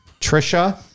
Trisha